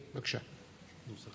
בבקשה, זה נוסח